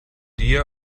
dir